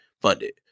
funded